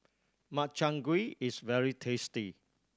Makchang Gui is very tasty